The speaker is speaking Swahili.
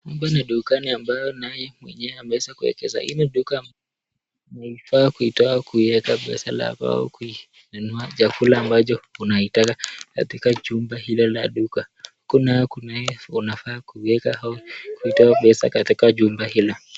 Hapa ni dukani ambaye naye mwenye ameeza kueleza ,hii ni duka ambaye anaitoa ama kuweka pesa yako na kunanua chakula ambacho unaitaka katika chumba hile la duka, Kuna unaifaa kuweka ama kutoa pesa katika chumba hili.